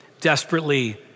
desperately